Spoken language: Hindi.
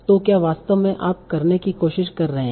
तो क्या वास्तव में आप करने की कोशिश कर रहे हैं